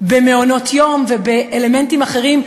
במעונות יום ובאלמנטים אחרים,